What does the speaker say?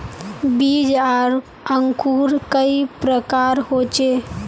बीज आर अंकूर कई प्रकार होचे?